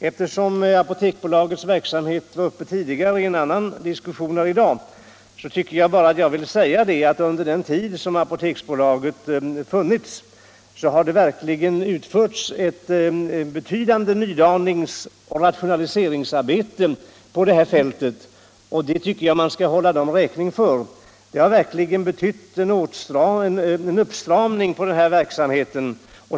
Eftersom Apoteksbolagets verksamhet var uppe tidigare i ett annat inlägg här i dag, vill jag nu bara säga att under den tid Apoteksbolaget funnits, så har det verkligen utförts ett betydande nydaningsoch rationaliseringsarbete på det här fältet, som jag tycker att bolaget skall hållas räkning för. Det har betytt en uppstramning av den här verksamheten.